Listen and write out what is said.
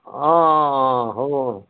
অঁ অঁ অঁ হ'ব